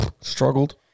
struggled